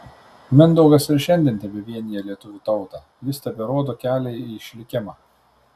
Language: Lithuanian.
mindaugas ir šiandien tebevienija lietuvių tautą jis teberodo kelią į išlikimą